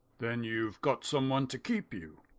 then you've got someone to keep you.